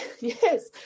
yes